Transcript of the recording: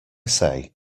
say